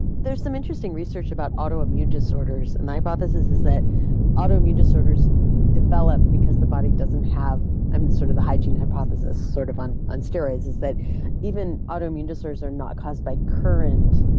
there's some interesting research about autoimmune disorders. and the hypothesis is that autoimmune disorders develop because the body doesn't have um the sort of the hygiene hypothesis sort of on on steroids is that even autoimmune disorders are not caused by current